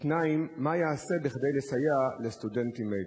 2. מה ייעשה כדי לסייע לסטודנטים אלו?